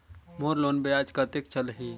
मोर loan ब्याज कतेक चलही?